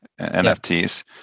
nfts